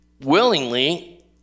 willingly